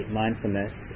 mindfulness